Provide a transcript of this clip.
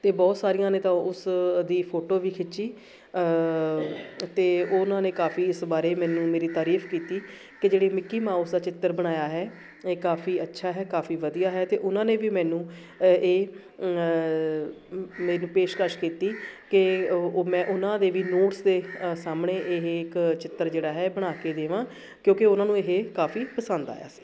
ਅਤੇ ਬਹੁਤ ਸਾਰੀਆਂ ਨੇ ਤਾਂ ਉਸ ਦੀ ਫੋਟੋ ਵੀ ਖਿੱਚੀ ਅਤੇ ਉਹਨਾਂ ਨੇ ਕਾਫੀ ਇਸ ਬਾਰੇ ਮੈਨੂੰ ਮੇਰੀ ਤਾਰੀਫ ਕੀਤੀ ਕਿ ਜਿਹੜੇ ਮਿੱਕੀ ਮਾਊਸ ਦਾ ਚਿੱਤਰ ਬਣਾਇਆ ਹੈ ਇਹ ਕਾਫੀ ਅੱਛਾ ਹੈ ਕਾਫੀ ਵਧੀਆ ਹੈ ਅਤੇ ਉਹਨਾਂ ਨੇ ਵੀ ਮੈਨੂੰ ਇਹ ਮੈਨੂੰ ਪੇਸ਼ਕਸ਼ ਕੀਤੀ ਕਿ ਉਹ ਮੈਂ ਉਹਨਾਂ ਦੇ ਵੀ ਨੋਟਸ ਦੇ ਸਾਹਮਣੇ ਇਹ ਇੱਕ ਚਿੱਤਰ ਜਿਹੜਾ ਹੈ ਬਣਾ ਕੇ ਦੇਵਾਂ ਕਿਉਂਕਿ ਉਹਨਾਂ ਨੂੰ ਇਹ ਕਾਫੀ ਪਸੰਦ ਆਇਆ ਸੀ